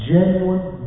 Genuine